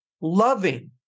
loving